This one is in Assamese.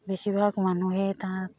বেছিভাগ মানুহে তাত